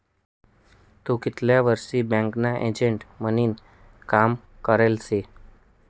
तू कितला वरीस बँकना एजंट म्हनीन काम करेल शे?